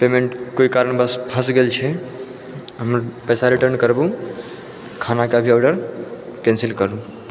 payment कोइ कारणवश फसि गेल छै हमर पैसा रिटर्न करबू खाना के अभी आर्डर कैन्सिल करू